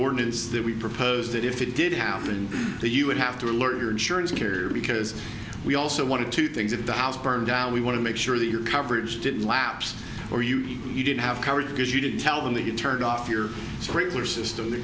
ordinance that we propose that if it did happen the you would have to alert your insurance carrier because we also wanted two things in the house burn down we want to make sure that your coverage didn't lapse or you didn't have coverage because you didn't tell them that you turned off your regular system